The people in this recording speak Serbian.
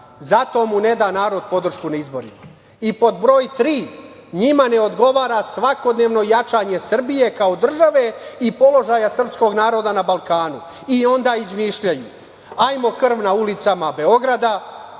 Zato mu ne da narod podršku na izborima. Pod broj tri, njima ne odgovara svakodnevno jačanje Srbije kao države i položaja srpskog naroda na Balkanu i onda izmišljaju - ajmo krv na ulicama Beograda,